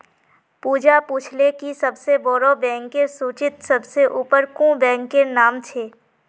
पूजा पूछले कि सबसे बोड़ो बैंकेर सूचीत सबसे ऊपर कुं बैंकेर नाम छे